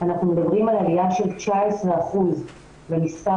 אנחנו מדברים על עליה של 19% ועל מספר